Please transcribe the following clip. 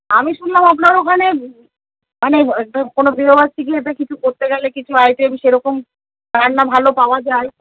আমি শুনলাম আপনার ওখানে মানে কোনো বিবাহ বার্ষিকী একটা কিছু করতে গেলে কিছু আইটেম সেরকম রান্না ভালো পাওয়া যায়